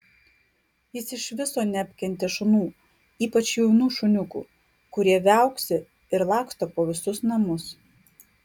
jis iš viso nepakentė šunų ypač jaunų šuniukų kurie viauksi ir laksto po visus namus